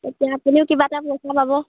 তেতিয়া আপুনিও কিবা এটা পইচা পাব